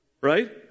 right